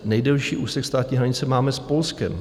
Nejdelší úsek státní hranice máme s Polskem.